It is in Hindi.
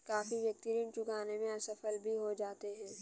काफी व्यक्ति ऋण चुकाने में असफल भी हो जाते हैं